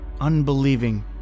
unbelieving